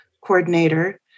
coordinator